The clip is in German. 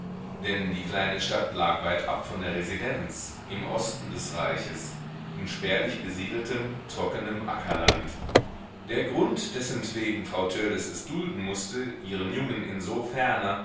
denn die kleine stadt lag weitab von der residenz im osten des reiches in spärlich besiedeltem trockenem ackerland der grund dessentwegen frau törleß es dulden mußte ihren jungen in